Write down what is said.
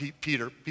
Peter